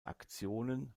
aktionen